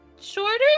shorter